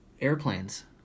airplanes